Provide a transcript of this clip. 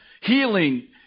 healing